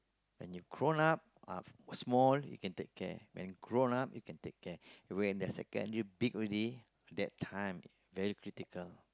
when you grown up uh small you can take care when grown up you can take care when they secondary big already that time very critical